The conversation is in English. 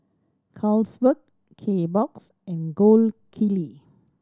Carlsberg Kbox and Gold Kili